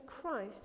Christ